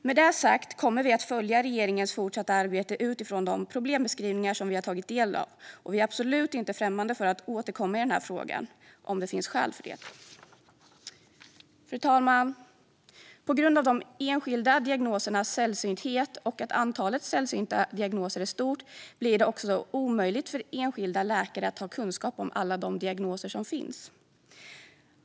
Med detta sagt kommer vi att följa regeringens fortsatta arbete utifrån de problembeskrivningar som vi har tagit del av. Och vi är absolut inte främmande för att återkomma i den här frågan, om det finns skäl för det. Fru talman! På grund av de enskilda diagnosernas sällsynthet och att antalet sällsynta diagnoser är stort blir det omöjligt för enskilda läkare att ha kunskap om alla diagnoser som finns.